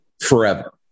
forever